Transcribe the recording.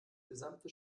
gesamte